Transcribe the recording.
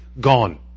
Gone